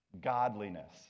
godliness